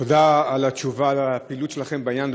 תודה על התשובה על הפעילות שלכם בעניין.